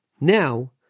Now